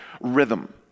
rhythm